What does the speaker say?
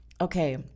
okay